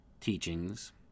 teachings